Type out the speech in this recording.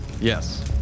yes